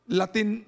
latin